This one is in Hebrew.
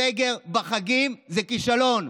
סגר בחגים זה כישלון.